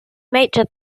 major